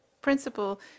principle